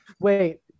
Wait